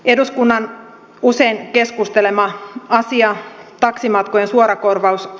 eduskunnan usein keskustelema asia taksimatkojen suorakorvaushanke